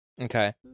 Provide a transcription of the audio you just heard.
Okay